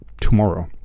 tomorrow